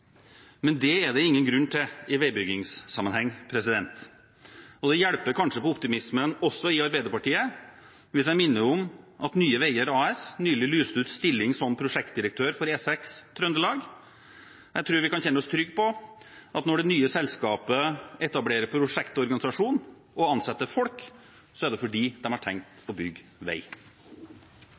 Men det er det ingen grunn til i veibyggingssammenheng. Det hjelper kanskje på optimismen, også i Arbeiderpartiet, hvis jeg minner om at Nye Veier AS nylig lyste ut en stilling som prosjektdirektør for E6 Trøndelag. Jeg tror vi kan kjenne oss trygge på at når det nye selskapet etablerer prosjektorganisasjon og ansetter folk, er det fordi de har tenkt å bygge vei.